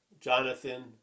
jonathan